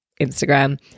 Instagram